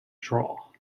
draw